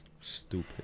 Stupid